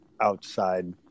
outside